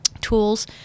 tools